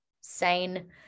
sane